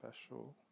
special